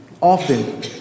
often